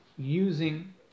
using